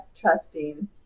trusting